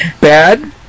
Bad